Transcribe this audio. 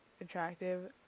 attractive